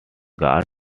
guards